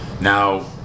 Now